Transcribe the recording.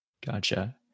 gotcha